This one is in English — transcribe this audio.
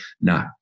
No